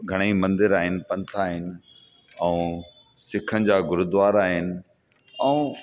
घणेई मंदिर आहिनि पंथ आहिनि ऐं सिखनि जा गुरुद्वारा आहिनि ऐं